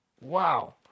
Wow